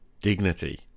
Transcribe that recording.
dignity